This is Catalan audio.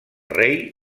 rei